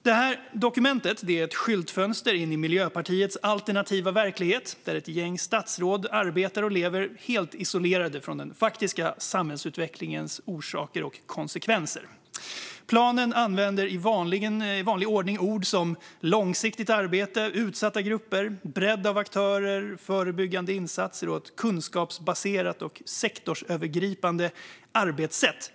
Det här dokumentet är ett skyltfönster in i Miljöpartiets alternativa verklighet, där ett gäng statsråd arbetar och lever helt isolerade från den faktiska samhällsutvecklingens orsaker och konsekvenser. I planen används i vanlig ordning ord som långsiktigt arbete, utsatta grupper, bredd av aktörer, förebyggande insatser och ett kunskapsbaserat och sektorsövergripande arbetssätt.